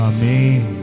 Amen